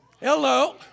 Hello